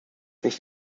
nicht